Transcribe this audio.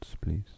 please